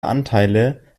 anteile